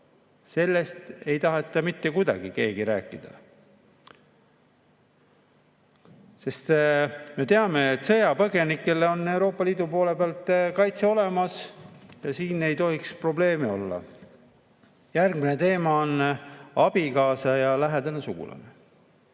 Sellest ei taha mitte keegi rääkida. Sest me teame, et sõjapõgenikele on Euroopa Liidu kaitse olemas ja siin ei tohiks probleeme olla. Järgmine teema on abikaasa ja lähedane sugulane.